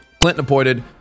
Clinton-appointed